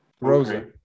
Rosa